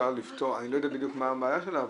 אני לא יודע בדיוק מה הבעיה שלה,